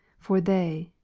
for they,